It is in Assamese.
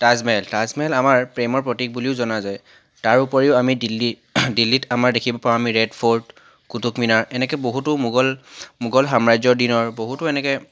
তাজ মহল তাজ মহল আমাৰ প্ৰেমৰ প্ৰতীক বুলিও জনা যায় তাৰ উপৰিও আমি দিল্লীত দিল্লীত আমাৰ দেখিবলৈ পাওঁ আমি ৰেড ফৰ্ট কুটুবমিনাৰ এনেকৈ বহুতো মোগল মোগল সাম্ৰাজ্যৰ দিনৰ বহুতো এনেকৈ